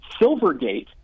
silvergate